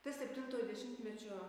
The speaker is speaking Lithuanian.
ta septintojo dešimtmečio